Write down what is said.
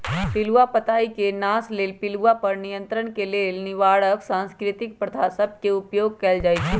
पिलूआ पताई के नाश लेल पिलुआ पर नियंत्रण के लेल निवारक सांस्कृतिक प्रथा सभ के उपयोग कएल जाइ छइ